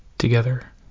Together